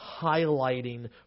highlighting